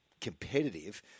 competitive